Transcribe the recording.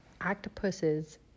octopuses